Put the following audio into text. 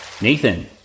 Nathan